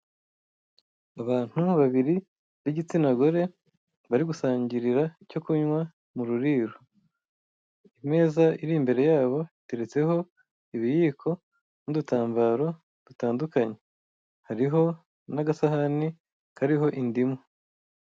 Abantu babiri b'igitsina gore bari gusangirira icyo kunywa mu ruriro. Imeza iri imbere yabo iteretseho ibiyiko n'ufutambaro dutandukanye hariho n'agasahane kariho indimu.